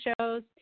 shows